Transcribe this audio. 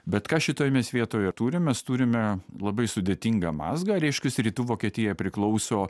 bet ką šitoj mes vietoje turim mes turim labai sudėtingą mazgą reiškias rytų vokietija priklauso